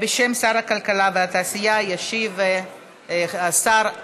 בשם שר הכלכלה והתעשייה ישיב השר אקוניס.